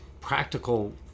practical